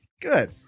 good